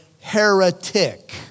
heretic